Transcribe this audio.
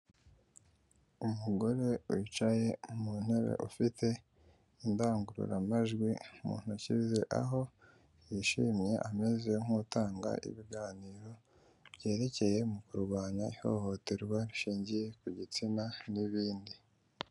Umugore wicaye mu ntebe ufite indangururamajwi mu ntoki ze aho yishimye ameze nk'utanga ibiganiro byerekeye mu kurwanya ihohoterwa rishingiye ku gitsina n'ibindi.